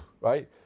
right